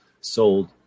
sold